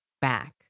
back